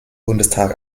bundestag